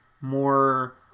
more